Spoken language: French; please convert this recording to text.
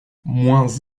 moins